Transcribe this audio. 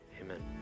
amen